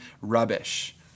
rubbish